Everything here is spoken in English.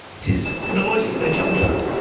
tis the voice of the jubjub!